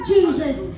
Jesus